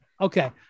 Okay